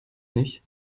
nicht